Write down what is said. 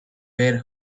where